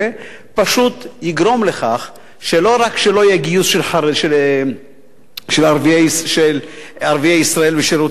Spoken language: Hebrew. פשוט יגרום לכך שלא רק שלא יהיה גיוס של ערביי ישראל לשירות אזרחי,